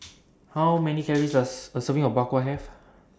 How Many Calories Does A Serving of Bak Kwa Have